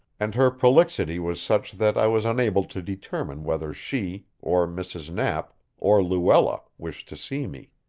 and her prolixity was such that i was unable to determine whether she, or mrs. knapp, or luella, wished to see me.